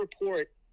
report